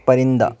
پرندہ